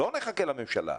לא נחכה לממשלה.